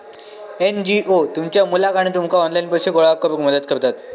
NGO तुमच्या मुलाक आणि तुमका ऑनलाइन पैसे गोळा करूक मदत करतत